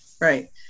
right